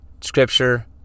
scripture